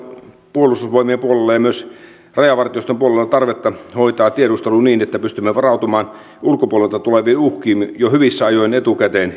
puolustusvoimien puolella ja myös rajavartioston puolella tarvetta hoitaa tiedustelu niin että pystymme varautumaan ulkopuolelta tuleviin uhkiin jo hyvissä ajoin etukäteen